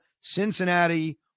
Cincinnati